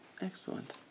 Excellent